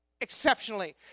exceptionally